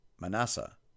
Manasseh